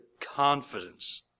confidence